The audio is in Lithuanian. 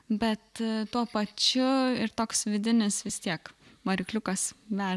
bet tuo pačiu ir toks vidinis vis tiek varikliukas veža